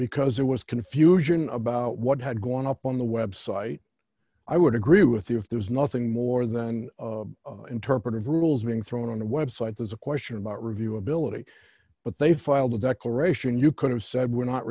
because there was confusion about what had gone up on the website i would agree with you if there was nothing more than interpretive rules being thrown on the website there's a question about review ability but they filed a declaration you could have said we're not